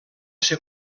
ser